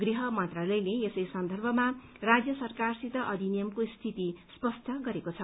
गृह मन्त्रालयले यसै सन्दर्भमा राज्य सरकारसित अधिनियमको स्थिति स्पष्ट गरेको छ